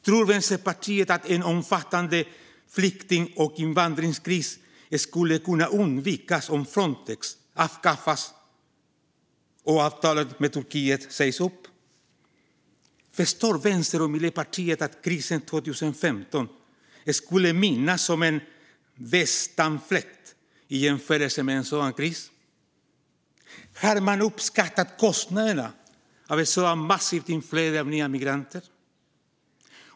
Tror Vänsterpartiet att en omfattande flykting och invandringskris skulle kunna undvikas om Frontex avskaffas och avtalet med Turkiet sägs upp? Förstår Vänsterpartiet och Miljöpartiet att krisen 2015 skulle ihågkommas som en västanfläkt i jämförelse med en sådan kris? Har man uppskattat kostnaderna för ett sådant massivt inflöde av nya migranter?